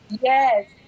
Yes